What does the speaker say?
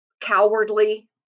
cowardly